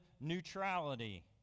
neutrality